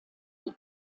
die